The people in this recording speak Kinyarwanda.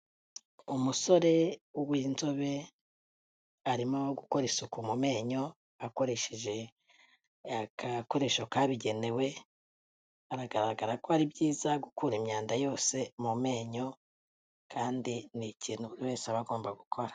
Umusore w'inzobe, arimo gukora isuku mu menyo akoresheje agakoresho kabugenewe, biragaragara ko ari byiza gukura imyanda yose mu menyo, kandi ni ikintu buri wese aba agomba gukora.